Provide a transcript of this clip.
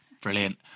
Brilliant